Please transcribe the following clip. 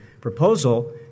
proposal